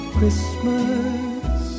Christmas